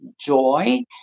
Joy